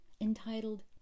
entitled